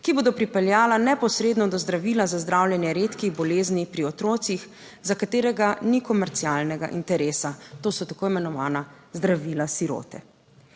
ki bodo pripeljala neposredno do zdravila za zdravljenje redkih bolezni pri otrocih, za katerega ni komercialnega interesa. To so tako imenovana zdravila sirote.